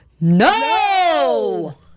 no